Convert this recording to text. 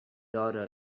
daughter